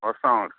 వస్తాం మరి